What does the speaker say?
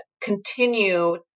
continue